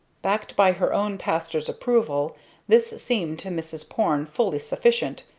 backed by her own pastor's approval this seemed to mrs. porne fully sufficient.